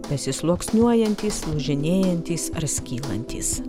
besisluoksniuojantys lūžinėjantys ar skylantys